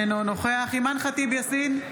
אינו נוכח אימאן ח'טיב יאסין,